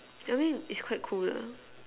I mean it's quite cool lah